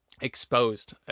exposed